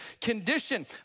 condition